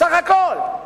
בסך הכול.